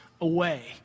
away